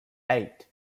eight